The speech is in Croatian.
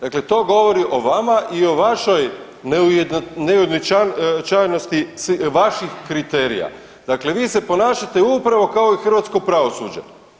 Dakle to govori o vama i o vašoj neujednačenosti vaših kriterija, dakle vi se ponašate upravo kao i hrvatsko pravosuđe.